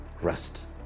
rest